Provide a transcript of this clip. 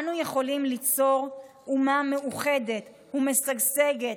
אנו יכולים ליצור אומה מאוחדת ומשגשגת,